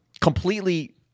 completely